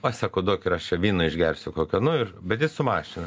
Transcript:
oi sako duok ir aš čia vyno išgersiu kokio nu ir bet jis su mašina